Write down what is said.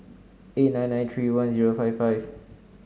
eight nine nine three one zero five five